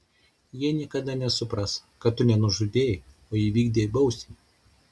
jie niekada nesupras kad tu ne nužudei o įvykdei bausmę